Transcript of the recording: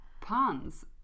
Puns